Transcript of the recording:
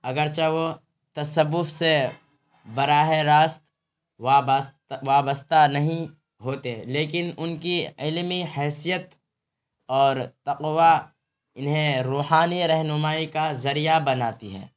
اگرچہ وہ تصوف سے براہ راست وابستہ نہیں ہوتے لیکن ان کی علمی حیثیت اور تقویٰ انہیں روحانی رہنمائی کا ذریعہ بناتی ہے